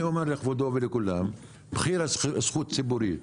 אני אומר לכבודו ולכולם, מחיר זכות ציבורית,